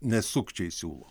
ne sukčiai siūlo